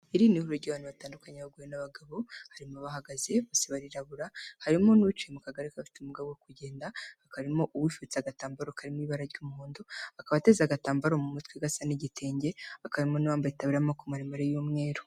Iri ni huriro ry'abantu batandukanyekanya abagore n'abagabo harimo abahagaze bose barirabura harimo n'uwiciye mu kagari akaba afite umugabo urimo kugenda karimo uwifubitse agatambaro karimo ibara ry'umuhondo akaba ateze agatambaro mu mutwe ugasa n'igitenge akamo n'uwambaye itaburiya y'amaboko maremare y'umweru.